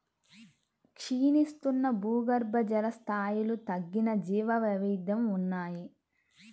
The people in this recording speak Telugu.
క్షీణిస్తున్న భూగర్భజల స్థాయిలు తగ్గిన జీవవైవిధ్యం ఉన్నాయి